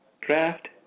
draft